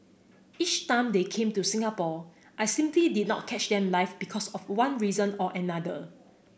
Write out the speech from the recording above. each time they came to Singapore I simply did not catch them live because of one reason or another